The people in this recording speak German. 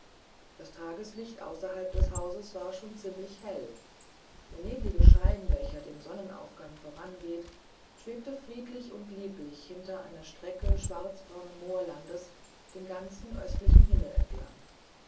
das tageslicht außerhalb des hauses war schon ziemlich hell der neblige schein welcher dem sonnenaufgang vorangeht schwebte friedlich und lieblich hinter einer strecke schwarzbraunen moorlandes den ganzen östlichen himmel entlang